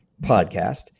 podcast